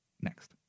Next